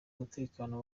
umutekano